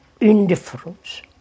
indifference